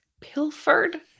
Pilfered